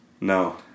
No